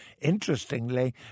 Interestingly